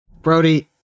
Brody